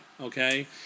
Okay